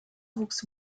wuchs